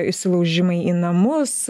įsilaužimai į namus